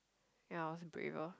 ya I was braver